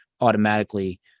automatically